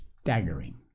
staggering